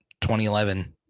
2011